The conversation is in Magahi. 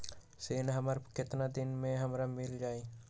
ऋण हमर केतना दिन मे हमरा मील जाई?